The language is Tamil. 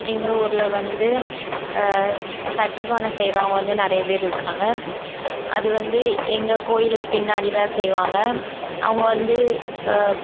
எங்கள் ஊரில் வந்து சட்டி பானை செய்கிறவங்க வந்து நிறைய பேர் இருக்காங்க அது வந்து எங்கள் கோயிலுக்கு பின்னாடி தான் செய்வாங்க அவங்க வந்து